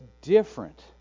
different